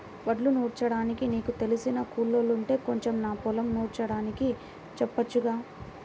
వడ్లు నూర్చడానికి నీకు తెలిసిన కూలోల్లుంటే కొంచెం నా పొలం నూర్చడానికి చెప్పొచ్చుగా